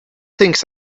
things